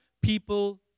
people